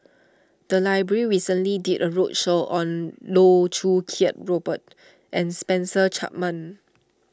the library recently did a roadshow on Loh Choo Kiat Robert and Spencer Chapman